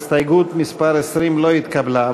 הסתייגות מס' 20 לא נתקבלה.